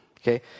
Okay